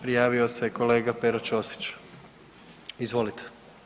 Prijavio se kolega Pero Ćosić, izvolite.